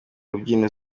rubyiniro